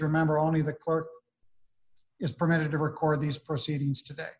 remember only the court is permitted to record these proceedings today